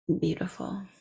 Beautiful